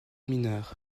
mineurs